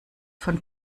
von